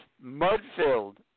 mud-filled